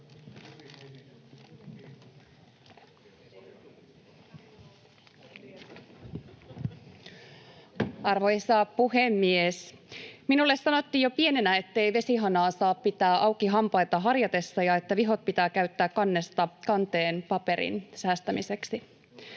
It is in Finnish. Arvoisa puhemies! Minulle sanottiin jo pienenä, ettei vesihanaa saa pitää auki hampaita harjatessa ja että vihot pitää täyttää kannesta kanteen paperin säästämiseksi.